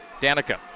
Danica